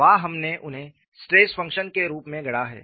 वहां हमने उन्हें स्ट्रेस फंक्शन के रूप में गढ़ा है